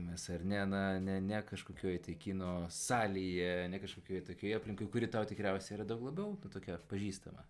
mes ar ne na ne ne kažkokioj tai kino salėje ne kažkokioje tokioje aplinkoj kuri tau tikriausiai yra daug labiau tokia pažįstama